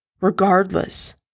regardless